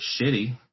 shitty